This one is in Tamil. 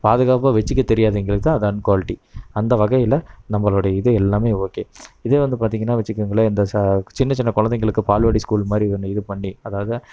பாதுகாப்பாக வச்சுக்க தெரியாதவங்களுக்குத்தான் அது அன் குவாலிட்டி அந்த வகையில் நம்மளுடைய இது எல்லாமே ஓகே இதே வந்து பார்த்திங்கன்னா வச்சிக்கங்களேன் இந்த ச சின்ன சின்ன குழந்தைங்களுக்கு பால்வாடி ஸ்கூல் மாதிரி ஒன்று இதுபண்ணி அதாவது